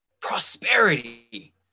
prosperity